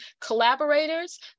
collaborators